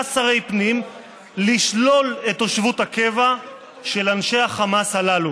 שרי פנים לשלול את תושבות הקבע של אנשי החמאס הללו.